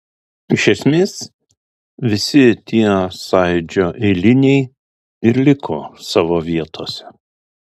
iš esmės visi tie sąjūdžio eiliniai ir liko savo vietose